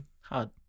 Hard